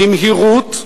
במהירות,